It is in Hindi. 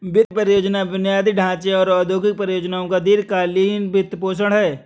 वित्त परियोजना बुनियादी ढांचे और औद्योगिक परियोजनाओं का दीर्घ कालींन वित्तपोषण है